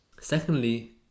secondly